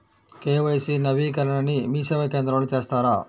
KYC నవీకరణని మీసేవా కేంద్రం లో చేస్తారా?